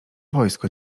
wojsko